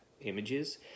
images